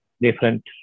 different